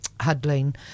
huddling